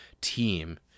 team